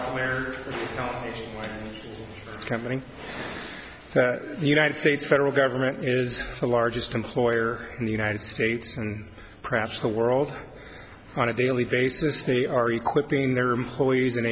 that the united states federal government is the largest employer in the united states and perhaps the world on a daily basis they are equipping their employees and